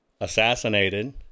assassinated